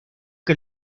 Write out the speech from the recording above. que